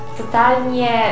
totalnie